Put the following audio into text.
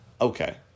Okay